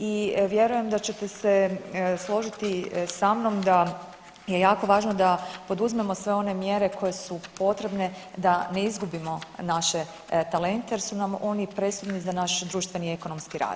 I vjerujem da ćete se složiti sa mnom da je jako važno da poduzmemo sve one mjere koje su potrebne da ne izgubimo naše talente, jer su nam oni presudni za naš društveni, ekonomski razvoj.